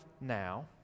now